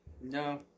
No